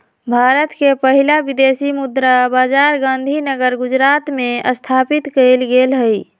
भारत के पहिला विदेशी मुद्रा बाजार गांधीनगर गुजरात में स्थापित कएल गेल हइ